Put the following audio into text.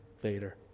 Vader